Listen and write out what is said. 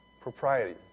Propriety